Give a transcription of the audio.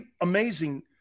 amazing